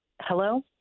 Hello